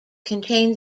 contain